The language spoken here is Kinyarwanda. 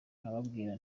nkababwira